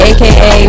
Aka